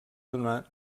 donar